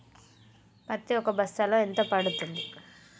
పత్తి ఒక బస్తాలో ఎంత పడ్తుంది?